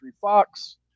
Fox